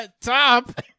top